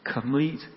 complete